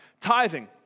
tithing